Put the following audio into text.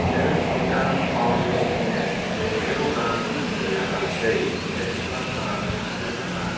नों एकाम फाउन्डेसन्नो नैजौ रां मुं गैयालासै ट्रेन्सफार खालामनो हागोन नामा